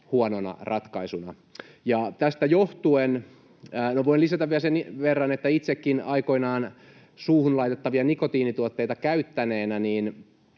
huonona ratkaisuna. Voin lisätä vielä sen verran, että itsekin aikoinaan suuhun laitettavia nikotiinituotteita käytin,